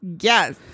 yes